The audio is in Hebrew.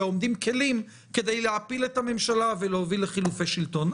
עומדים כלים כדי להפיל את הממשלה ולהוביל לחילופי שלטון.